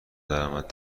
درآمد